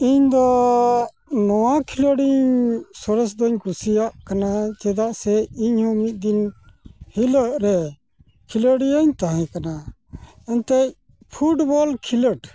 ᱤᱧᱫᱚ ᱱᱚᱣᱟ ᱠᱷᱮᱞᱚᱸᱰᱤᱧ ᱥᱚᱨᱮᱥᱫᱚᱧ ᱠᱩᱥᱤᱭᱟᱜ ᱠᱟᱱᱟ ᱪᱮᱫᱟᱜᱥᱮ ᱤᱧᱦᱚᱸ ᱢᱤᱫ ᱫᱤᱱ ᱦᱤᱞᱳᱜᱨᱮ ᱠᱷᱮᱠᱚᱸᱰᱤᱭᱟᱹᱧ ᱛᱟᱦᱮᱸᱠᱟᱱᱟ ᱮᱱᱛᱮᱡ ᱯᱷᱩᱴᱵᱚᱞ ᱠᱷᱮᱞᱚᱸᱰ